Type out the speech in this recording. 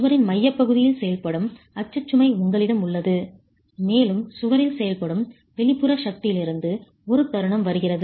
சுவரின் மையப் பகுதியில் செயல்படும் அச்சு சுமை உங்களிடம் உள்ளது மேலும் சுவரில் செயல்படும் வெளிப்புற சக்திகளிலிருந்து ஒரு தருணம் வருகிறது